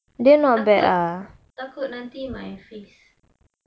takut nanti my face